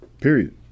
period